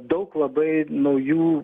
daug labai naujų